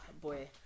boy